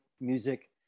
music